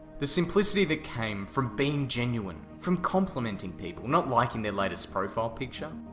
the simplicity that came from being genuine. from complimenting people, not liking their latest profile picture.